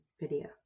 video